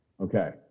Okay